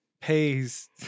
pays